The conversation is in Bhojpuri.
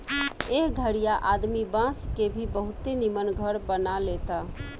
एह घरीया आदमी बांस के भी बहुते निमन घर बना लेता